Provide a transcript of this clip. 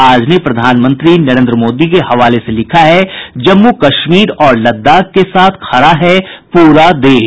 आज ने प्रधानमंत्री नरेन्द्र मोदी के हवाले से लिखा है जम्मू कश्मीर और लद्दाख के साथ खड़ा है पूरा देश